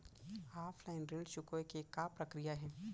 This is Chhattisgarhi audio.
ऑफलाइन ऋण चुकोय के का प्रक्रिया हे?